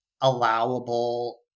allowable